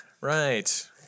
Right